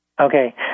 Okay